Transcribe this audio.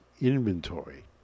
inventory